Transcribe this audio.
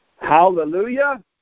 Hallelujah